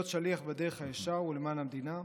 להיות שליח בדרך הישר ולמען המדינה,